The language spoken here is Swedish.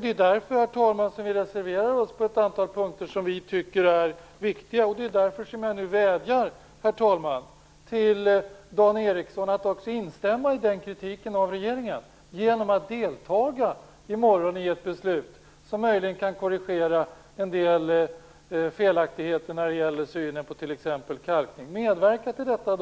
Det är därför, herr talman, som vi reserverar oss på ett antal punkter som vi anser är viktiga. Och det är därför som jag nu vädjar, herr talman, till Dan Ericsson att också instämma i den kritiken av regeringen genom att delta i morgon i ett beslut som möjligen kan korrigera en del felaktigheter när det gäller synen på t.ex. kalkning. Medverka till detta,